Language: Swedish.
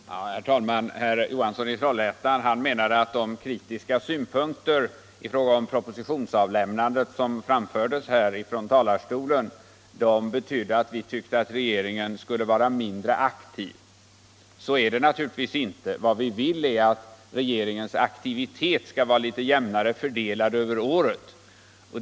Herr talman! Herr Johansson i Trollhättan sade att de kritiska synpunkter i fråga om propositionsavlämnandet som framförts här ifrån talarstolen betydde att vi menade att regeringen skulle vara mindre aktiv än den är. Så är det naturligtvis inte. Vad vi vill är att regeringens aktivitet skall vara litet jämnare fördelad över året.